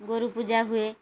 ଗୋରୁ ପୂଜା ହୁଏ